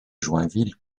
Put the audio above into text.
joinville